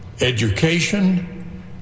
education